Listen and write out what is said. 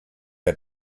der